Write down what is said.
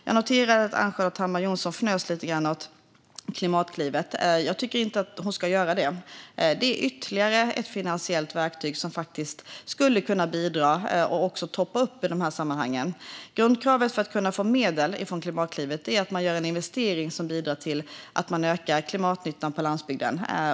Jag noterade att Ann-Charlotte Hammar Johnsson fnös lite åt Klimatklivet. Det borde hon inte göra, för det är ännu ett finansiellt verktyg som skulle kunna bidra och toppa upp i dessa sammanhang. Grundkravet för att få medel från Klimatklivet är att man gör en investering som bidrar till ökad klimatnytta på landsbygden.